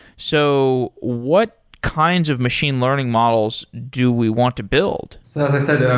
so what kinds of machine learning models do we want to build? so as i said,